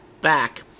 back